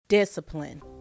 Discipline